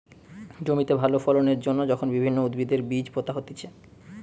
জমিতে ভালো ফলন এর জন্যে যখন বিভিন্ন উদ্ভিদের বীজ পোতা হতিছে